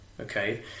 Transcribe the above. okay